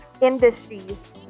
industries